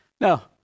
Now